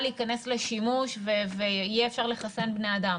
להיכנס לשימוש ויהיה אפשר לחסן בני אדם,